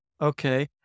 okay